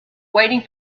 waiting